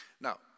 Now